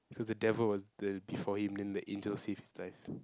cause the devil was the before him then the angel saved his life